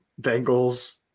Bengals